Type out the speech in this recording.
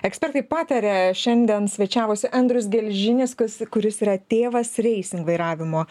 ekspertai pataria šiandien svečiavosi andrius gelžinis kas kuris yra tėvas racing vairavimo